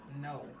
No